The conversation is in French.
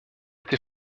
été